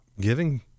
giving